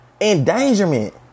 Endangerment